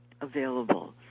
available